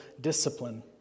discipline